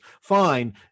Fine